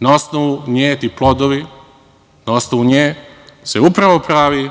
Na osnovu nje ti plodovi, na osnovu nje se upro pravi